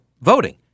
voting